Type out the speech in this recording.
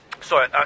Sorry